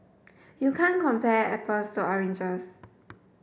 you can't compare apples to oranges